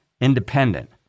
independent